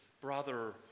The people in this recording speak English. brother